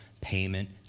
payment